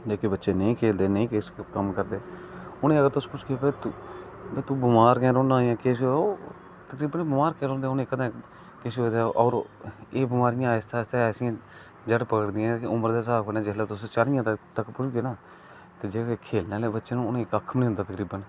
जेहके बच्चे नेईं खेलदे नेईं किश कम्म करदे उनेंगी अगर तुस पुछगे तूं बमार गै रौह्न्नां जां किश ते ओह् तकरीबन बमार गै रौंहदे ओह् कदें किश होऐ ते एह् बिमारी आस्ते आस्ते जढ़ पकडदियां उमर दे स्हाब कन्नै जेल्लै तुस चाली तक पुजगे ते जेहडे़ खेलने आहले बच्चे ना उनेंगी कक्ख बी नेईं होंदा तकरीबन